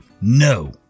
no